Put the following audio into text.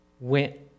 went